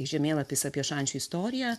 žemėlapis apie šančių istoriją